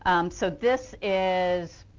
um so this is